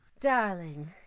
Darling